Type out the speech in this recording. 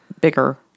bigger